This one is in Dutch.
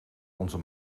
onze